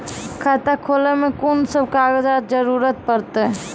खाता खोलै मे कून सब कागजात जरूरत परतै?